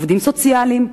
עובדים סוציאליים,